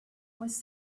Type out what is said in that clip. was